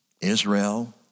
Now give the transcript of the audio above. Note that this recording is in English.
Israel